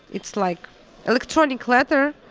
it's like electronic letter,